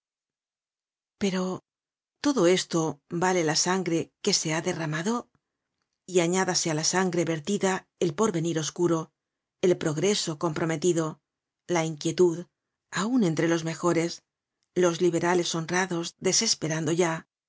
pero todo esto vale la sangre que se ha derramado y añádase á la sangre vertida el porvenir oscuro el progreso comprometido la inquietud aun entre los mejores los liberales honrados desesperando ya